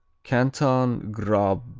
canton graubiinden,